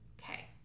okay